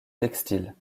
textiles